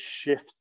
shift